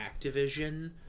Activision